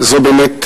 שמעת,